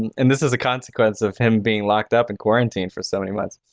and this is a consequence of him being locked up in quarantined for so many months.